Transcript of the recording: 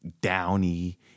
downy